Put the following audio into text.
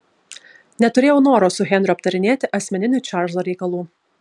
neturėjau noro su henriu aptarinėti asmeninių čarlzo reikalų